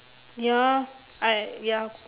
ya I ya